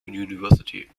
university